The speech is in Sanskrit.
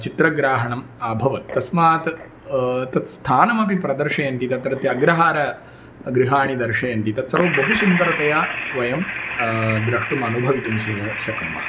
चित्रग्रहणम् अभवत् तस्मात् तत्स्थानमपि प्रदर्शयन्ति तत्रत्य अग्रहारगृहाणि दर्शयन्ति तत्सर्वं बहुसुन्दरतया वयं द्रष्टुम् अनुभवितुं श शक्नुमः